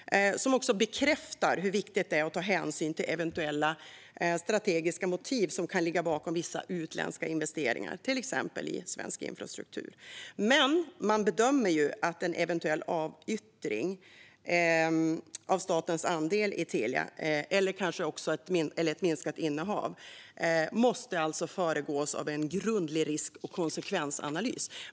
Man bekräftar hur viktigt det är att ta hänsyn till eventuella strategiska motiv som kan ligga bakom vissa utländska investeringar, till exempel i svensk infrastruktur. Man bedömer att en eventuell avyttring av statens andel i Telia eller ett minskat innehav måste föregås av en grundlig risk och konsekvensanalys.